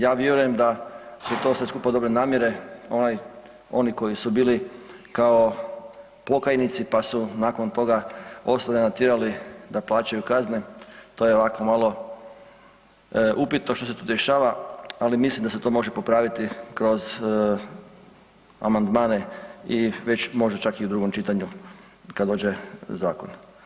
Ja vjerujem da su to sve skupa dobre namjere, onaj oni koji su bili kao pokajnici pa su nakon toga ostale natjerali da plaćaju kazne to je ovako malo upitno što se tu dešava ali mislim da se to može popraviti kroz amandmane i već možda čak i u drugom čitanju kad dođe zakon.